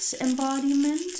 embodiment